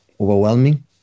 overwhelming